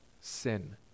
sin